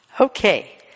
Okay